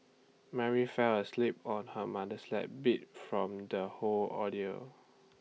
Mary fell asleep on her mother's lap beat from the whole ordeal